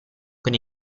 con